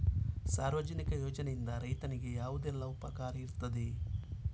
ಸಾರ್ವಜನಿಕ ಯೋಜನೆಯಿಂದ ರೈತನಿಗೆ ಯಾವುದೆಲ್ಲ ಉಪಕಾರ ಇರ್ತದೆ?